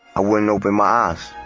i wouldn't open my eyes.